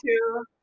two